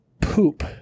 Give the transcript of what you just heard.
poop